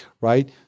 right